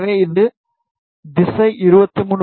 எனவே இது திசை 23